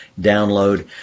download